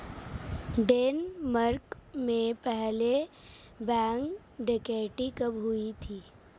Denmark में पहली bank डकैती कब हुई थी?